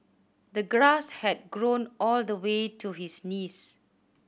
the grass had grown all the way to his knees